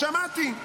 שמעתי.